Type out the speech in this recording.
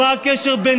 גיבור על